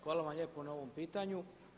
Hvala vam lijepo na ovom pitanju.